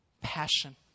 passion